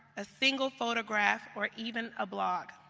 a single photograph, or even a blog.